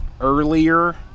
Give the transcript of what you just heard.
earlier